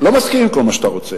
לא מסכים עם כל מה שאתה רוצה,